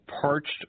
parched